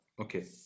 okay